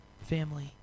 family